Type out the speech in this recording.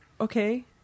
Okay